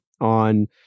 on